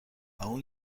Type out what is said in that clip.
اون